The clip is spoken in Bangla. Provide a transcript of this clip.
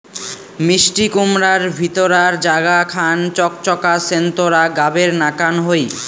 মিষ্টিকুমড়ার ভিতিরার জাগা খান চকচকা সোন্তোরা গাবের নাকান হই